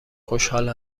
خوشحال